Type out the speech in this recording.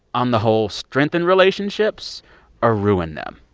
on the whole, strengthen relationships or ruin them?